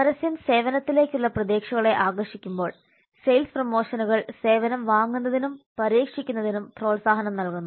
പരസ്യം സേവനത്തിലേക്കുള്ള പ്രതീക്ഷകളെ ആകർഷിക്കുമ്പോൾ സെയിൽസ് പ്രൊമോഷനുകൾ സേവനം വാങ്ങുന്നതിനും പരീക്ഷിക്കുന്നതിനും പ്രോത്സാഹനം നൽകുന്നു